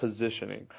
positioning